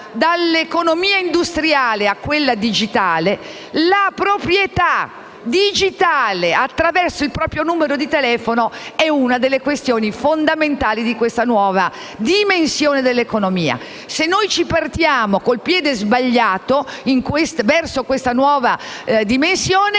dall'economia industriale a quella digitale, la proprietà digitale attraverso il proprio numero di telefono è una delle questioni fondamentali di questa nuova dimensione dell'economia. Se partiamo con il piede sbagliato verso questa nuova dimensione,